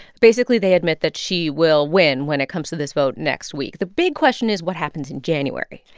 basically, they admit that she will win when it comes to this vote next week. the big question is, what happens in january?